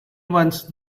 once